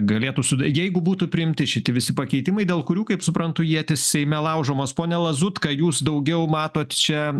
galėtų sudaryt jeigu būtų priimti šiti visi pakeitimai dėl kurių kaip suprantu ietys seime laužomos pone lazutka jūs daugiau matot čia